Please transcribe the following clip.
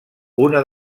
una